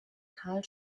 karl